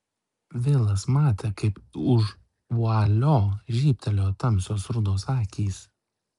vilas matė kaip už vualio žybtelėjo tamsios rudos akys